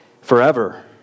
forever